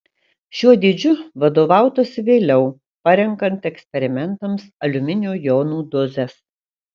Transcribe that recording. šiuo dydžiu vadovautasi vėliau parenkant eksperimentams aliuminio jonų dozes